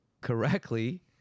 correctly